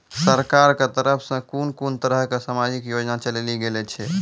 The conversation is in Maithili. सरकारक तरफ सॅ कून कून तरहक समाजिक योजना चलेली गेलै ये?